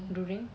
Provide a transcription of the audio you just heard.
during